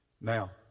Now